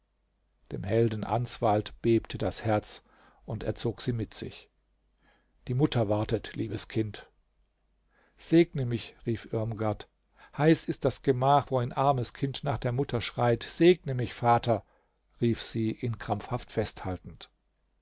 dem helden answald bebte das herz und er zog sie mit sich die mutter wartet liebes kind segne mich rief irmgard heiß ist das gemach wo ein armes kind nach der mutter schreit segne mich vater rief sie ihn krampfhaft festhaltend